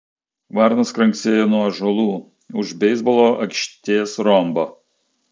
varnos kranksėjo nuo ąžuolų už beisbolo aikštės rombo